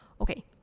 Okay